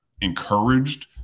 encouraged